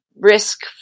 risk